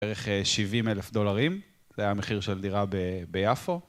בערך 70 אלף דולרים, זה היה המחיר של הדירה ביפו.